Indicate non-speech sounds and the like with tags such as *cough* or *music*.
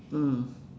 mm *breath*